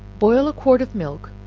boil a quart of milk,